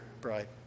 bride